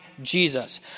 Jesus